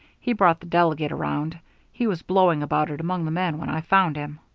he brought the delegate around he was blowing about it among the men when i found him.